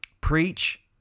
Preach